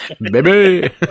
Baby